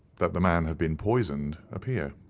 that the man had been poisoned, appear.